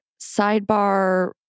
Sidebar